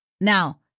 Now